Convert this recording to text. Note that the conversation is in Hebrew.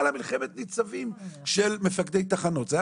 מלחמת הניצבים של מפקדי התחנות זה צף.